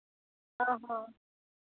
ᱚ